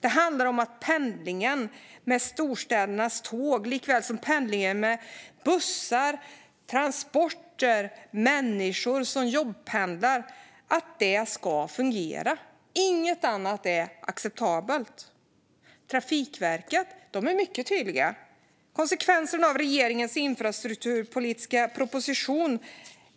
Det handlar om att jobbpendlingen med tåg, buss och bil ska fungera. Inget annat är acceptabelt. Trafikverket är mycket tydligt: Konsekvenserna av regeringens infrastrukturpolitiska proposition